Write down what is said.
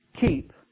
keep